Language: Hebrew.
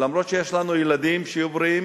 למרות שיש לנו ילדים, שיהיו בריאים.